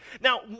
Now